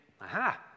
Aha